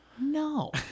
No